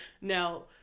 Now